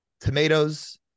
tomatoes